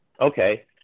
Okay